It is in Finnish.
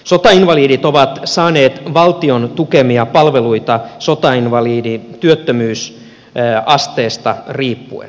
sotainvalidit ovat saaneet valtion tukemia palveluita sotainvalidin työkyvyttömyysasteesta riippuen